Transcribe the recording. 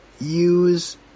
use